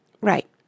Right